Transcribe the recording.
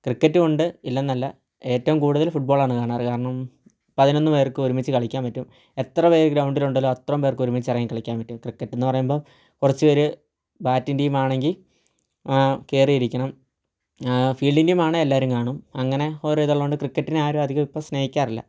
ക്രിക്കറ്റും ഉണ്ട് ഇല്ല എന്നല്ല ഏറ്റവും കൂടുതൽ ഫുട്ബോളാണ് കാണാറ് കാരണം പതിനൊന്ന് പേർക്ക് ഒരുമിച്ച് കളിക്കാൻ പറ്റും എത്ര പേര് ഗ്രൌണ്ടിലുണ്ടെങ്കിലും അത്രയും പേർക്ക് ഒരുമിച്ചിറങ്ങി കളിക്കാൻ പറ്റും ക്രിക്കറ്റെന്ന് പറയുമ്പോൾ കുറച്ചുപേർ ബാറ്റിങ് ടീമാണെങ്കിൽ കയറിയിരിക്കണം ഫീൽഡിങ് ടീമാണെങ്കിൽ എല്ലാവരും കാണും അങ്ങനെ ഓരോ ഇതുള്ളതുകൊണ്ട് ക്രിക്കറ്റിനെ ആരും ഇപ്പോൾ സ്നേഹിക്കാറില്ല